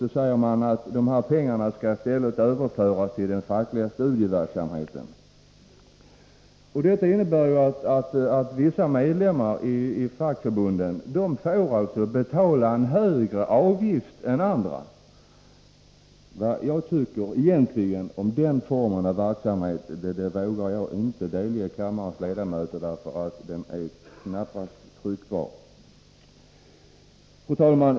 Så säger man att de här pengarna i stället skall överföras till den fackliga studieverksamheten. Detta innebär ju att vissa medlemmar i fackförbunden får betala en högre avgift än andra. Vad jag egentligen tycker om den formen av verksamhet vågar jag inte delge kammarens ledamöter, för det är knappast tryckbart.